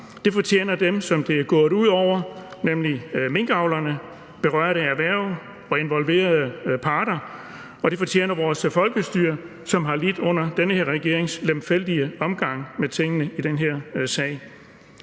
Det fortjener dem, det er gået ud over, nemlig minkavlerne, de berørte erhverv og involverede parter, og det fortjener vores folkestyre, som har lidt under den her regerings lemfældige omgang med tingene i den her sag.